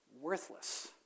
worthless